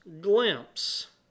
glimpse